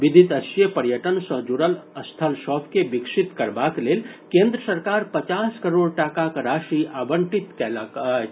विदित अछि जे पर्यटन सॅ जुड़ल स्थल सभ के विकसित करबाक लेल केन्द्र सरकार पचास करोड़ टाकाक राशि आवंटित कयलक अछि